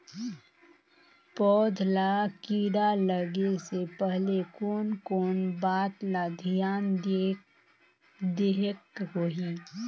पौध ला कीरा लगे से पहले कोन कोन बात ला धियान देहेक होही?